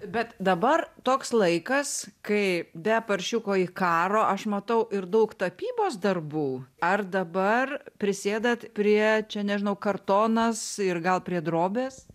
bet dabar toks laikas kai be paršiuko ikaro aš matau ir daug tapybos darbų ar dabar prisėdat prie čia nežinau kartonas ir gal prie drobės